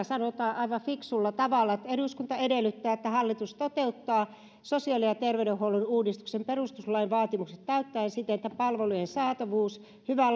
sanotaan aivan fiksulla tavalla eduskunta edellyttää että hallitus toteuttaa sosiaali ja terveydenhuollon uudistuksen perustuslain vaatimukset täyttäen siten että palvelujen saatavuus hyvä